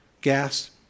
Gas